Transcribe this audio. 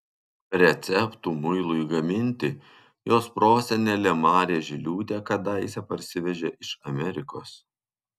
receptų muilui gaminti jos prosenelė marė žiliūtė kadaise parsivežė iš amerikos